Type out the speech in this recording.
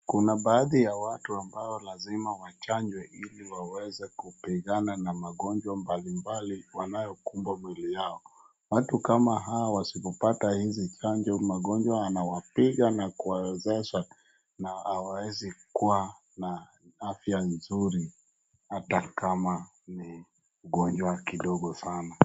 Kuna baadhi ya watu ambao ni lazima wachanjwe ili waweze kupigana na magonjwa mbalimbali wanayokumba mwili yao. Watu kama hawa wasipopata hizi chanjo magonjwa anawapiga na kuwawezesha na hawaezi kuwa na afya nzuri hata kama ni ugonjwa kidogo sana.